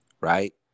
Right